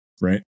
Right